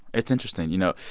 it's interesting. you know,